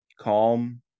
calm